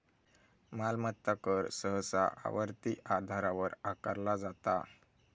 मालमत्ता कर सहसा आवर्ती आधारावर आकारला जाता